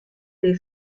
dei